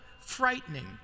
frightening